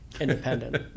Independent